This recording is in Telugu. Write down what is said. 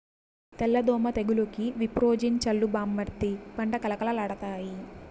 తెల్ల దోమ తెగులుకి విప్రోజిన్ చల్లు బామ్మర్ది పంట కళకళలాడతాయి